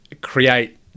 create